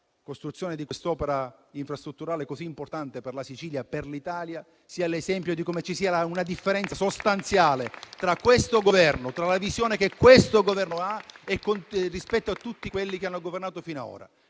costruzione di quest'opera infrastrutturale, così importante per la Sicilia e per l'Italia, siano l'esempio di come ci sia una differenza sostanziale tra la visione che questo Governo ha rispetto a tutti quelli che hanno governato fino ad ora.